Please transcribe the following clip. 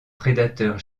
prédateurs